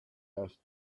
asked